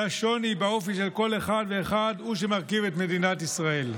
והשוני באופי של כל אחד ואחד הוא שמרכיב את מדינת ישראל.